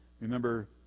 Remember